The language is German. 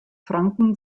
franken